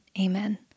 Amen